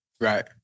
right